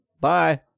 Bye